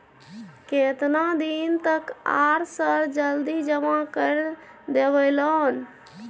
केतना दिन तक आर सर जल्दी जमा कर देबै लोन?